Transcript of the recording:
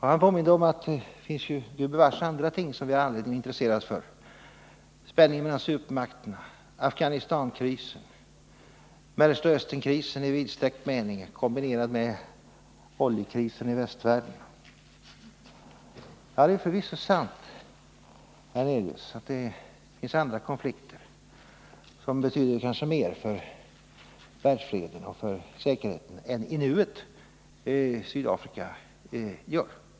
Han påminde om att det ju Gud bevars finns andra ting som vi har anledning att intressera oss för — spänningen mellan supermakterna, Afghanistankrisen, Mellersta Östern-krisen i vidsträckt mening kombinerad med oljekrisen i västvärlden. Ja, det är förvisso sant, Allan Hernelius, att det finns andra konflikter som kanske betyder mer för världsfreden och erheten än, i nuet, Sydafrika gör.